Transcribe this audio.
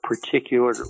particular